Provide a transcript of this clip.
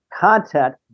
content